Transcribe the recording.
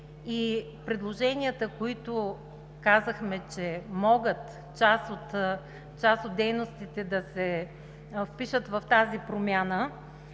и предложенията, за които казахме, че част от дейностите могат да се впишат в тази промяна,